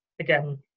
again